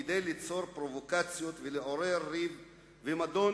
כדי ליצור פרובוקציות ולעורר ריב ומדון